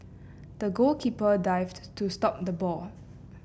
the goalkeeper dived to stop the ball